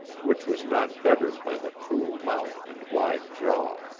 which was not bettered by the cruel mouth and wide jaw.